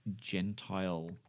Gentile